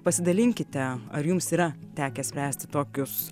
pasidalinkite ar jums yra tekę spręsti tokius